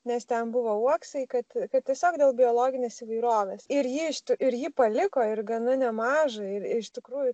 nes ten buvo uoksai kad kad tiesiog dėl biologinės įvairovės ir jį iš tų ir jį paliko ir gana nemažą ir iš tikrųjų